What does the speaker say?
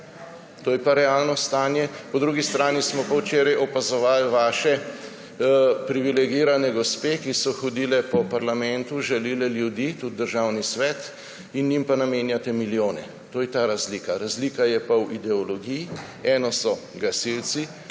To je pa realno stanje. Po drugi strani smo pa včeraj opazovali vaše privilegirane gospe, ki so hodile po parlamentu, žalile ljudi, tudi Državni svet, njim pa namenjate milijone. To je ta razlika. Razlika je pa v ideologiji. Eno so gasilci,